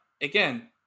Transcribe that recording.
again